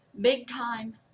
big-time